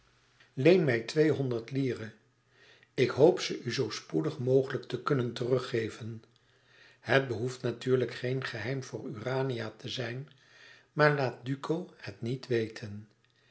leen mij tweehonderd lire ik hoop ze u zoo spoedig mogelijk te kunnen teruggeven het behoeft natuurlijk geen geheim voor urania te zijn maar laat duco het niet weten